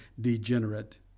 degenerate